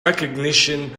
recognition